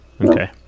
Okay